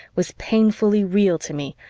was painfully real to me,